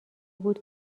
بود